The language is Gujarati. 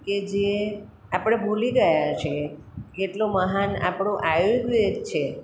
કે જે આપણે ભૂલી ગયા છીએ કેટલો મહાન આપણો આયુર્વેદ છે